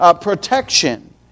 protection